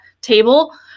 table